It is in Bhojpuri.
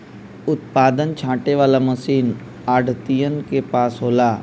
उत्पादन छाँटे वाला मशीन आढ़तियन के पास होला